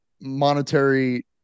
monetary